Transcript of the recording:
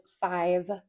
five